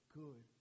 good